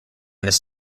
this